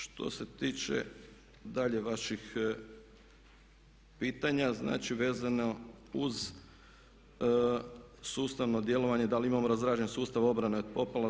Što se tiče dalje vaših pitanja, znači vezano uz sustavno djelovanje, da li imamo razrađen sustav obrane od poplava.